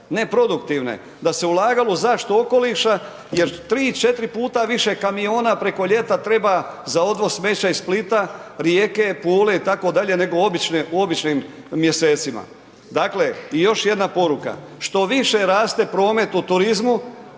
neproduktivne, da se ulagalo u zaštitu okoliša jer 3-4 puta više kamiona preko ljeta treba za odvoz smeća iz Splita, Rijeke, Pule itd. nego u običnim mjesecima. Dakle, i još jedna poruka, što više raste promet u turizmu,